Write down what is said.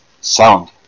sound